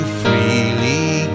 freely